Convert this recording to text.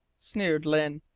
sneered lyne.